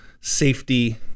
safety